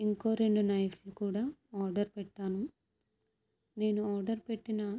ఇంకో రెండు నైఫ్లు కూడా ఆర్డర్ పెట్టాను నేను ఆర్డర్ పెట్టిన